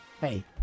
hey